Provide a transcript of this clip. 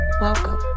welcome